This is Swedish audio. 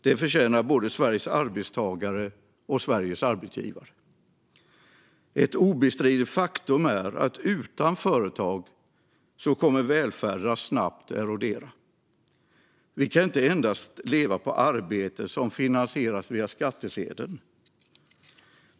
Det förtjänar både Sveriges arbetstagare och Sveriges arbetsgivare. Ett obestridligt faktum är att utan företag kommer välfärden att snabbt eroderas. Vi kan inte endast leva på arbete som finansieras via skattsedeln.